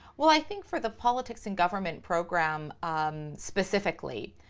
well, i think for the politics and government program um specifically,